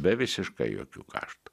be visiškai jokių kaštų